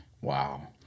Wow